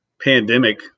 pandemic